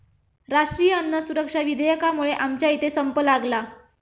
राष्ट्रीय अन्न सुरक्षा विधेयकामुळे आमच्या इथे संप लागला